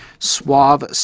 suave